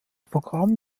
programm